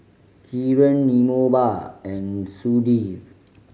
Kiran Vinoba and Sudhir